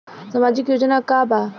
सामाजिक योजना का बा?